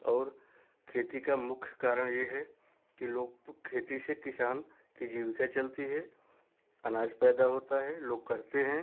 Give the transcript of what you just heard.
और खेती का मुख्य कारण यह है कि लोग खेती से किसान की जीविका चलती है अनाज पैदा होता है लोग करते हैं